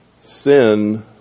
Sin